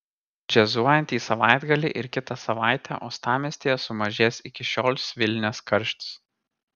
džiazuojantį savaitgalį ir kitą savaitę uostamiestyje sumažės iki šiol svilinęs karštis